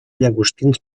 llagostins